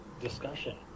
discussion